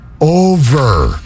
over